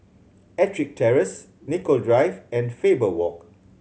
Ettrick Terrace Nicoll Drive and Faber Walk